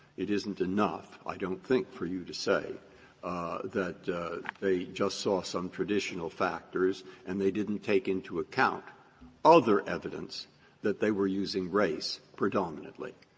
it isn't enough, i don't think, for you to say that they just saw some traditional factors and they didn't take into account other evidence that they were using race predominantly.